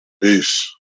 Peace